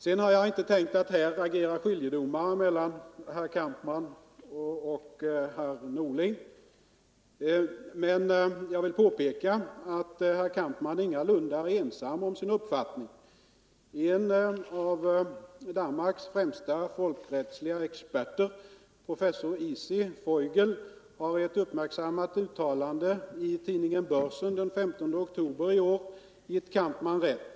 Sedan har jag inte tänkt att här agera skiljedomare mellan herr Kampmann och herr Norling. Men jag vill påpeka att herr Kampmann ingalunda är ensam om sin uppfattning. En av Danmarks främsta folkrättsliga experter, professor Isi Foighel, har i ett uppmärksammat uttalande i tidningen Borsen den 15 oktober i år gett Kampmann rätt.